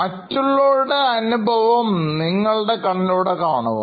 മറ്റുള്ളവരുടെ അനുഭവം നിങ്ങളുടെ കണ്ണിലൂടെ കാണുക